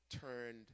turned